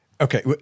Okay